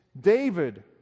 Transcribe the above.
david